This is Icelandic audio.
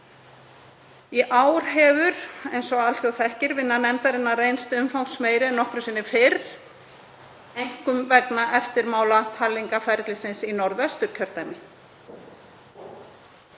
Í ár hefur, eins og alþjóð þekkir, vinna nefndarinnar reynst umfangsmeiri en nokkru sinni fyrr, einkum vegna eftirmála talningarferlisins í Norðvesturkjördæmi.